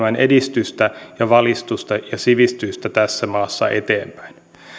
edistystä valistusta ja sivistystä tässä maassa eteenpäin meidän